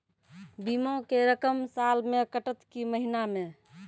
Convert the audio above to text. बीमा के रकम साल मे कटत कि महीना मे?